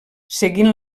seguint